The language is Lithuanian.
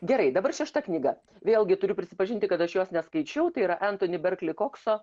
gerai dabar šešta knyga vėlgi turiu prisipažinti kad aš jos neskaičiau tai yra antoni berkli kokso